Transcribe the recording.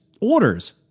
orders